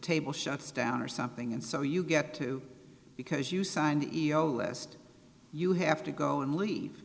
table shuts down or something and so you get to because you signed the e o list you have to go and leave